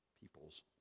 people's